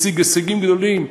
השיג הישגים גדולים,